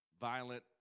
Violent